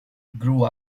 grew